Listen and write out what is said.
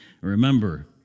Remember